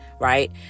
right